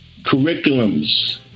curriculums